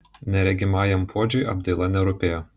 neregimajam puodžiui apdaila nerūpėjo